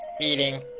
eating